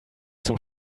zum